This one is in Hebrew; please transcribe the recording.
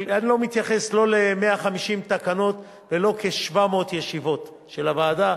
ואני לא מתייחס לא ל-150 תקנות ולא לכ-700 ישיבות של הוועדה.